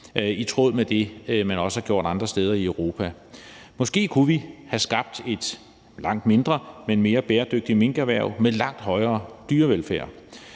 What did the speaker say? i tråd med det, man også har gjort andre steder i Europa. Måske kunne vi have skabt et langt mindre, men mere bæredygtigt minkerhverv med langt højere dyrevelfærd.